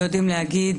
אנחנו יודעים להגיד,